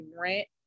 rent